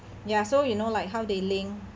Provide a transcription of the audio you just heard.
ya so you know like how they link